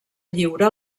lliure